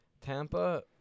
Tampa